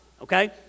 okay